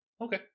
okay